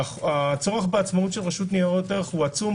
הצורך בעצמאות של רשות ניירות ערך הוא עצום